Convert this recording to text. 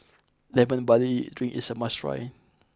Lemon Barley drink is a must try